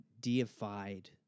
deified